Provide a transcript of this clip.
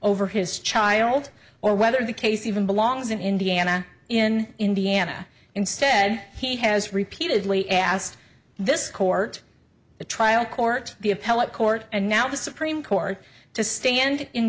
over his child or whether the case even belongs in indiana in indiana instead he has repeatedly asked this court the trial court the appellate court and now the supreme court to stand in